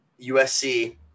USC